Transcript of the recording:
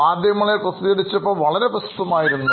മാധ്യമങ്ങളിൽ പ്രസിദ്ധീകരിച്ചപ്പോൾ വളരെ പ്രശസ്തമായിരുന്നു